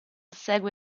segue